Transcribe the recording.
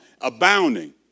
abounding